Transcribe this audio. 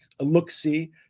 look-see